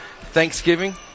Thanksgiving